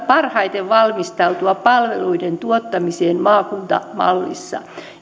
parhaiten valmistautua palveluiden tuottamiseen maakuntamallissa